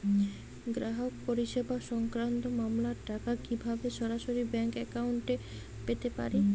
গ্রাহক পরিষেবা সংক্রান্ত মামলার টাকা কীভাবে সরাসরি ব্যাংক অ্যাকাউন্টে পেতে পারি?